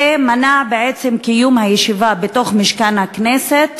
ומנע בעצם את קיום הישיבה בתוך משכן הכנסת,